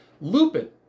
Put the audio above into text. Lupin